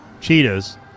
Cheetahs